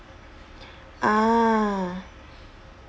ah